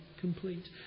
complete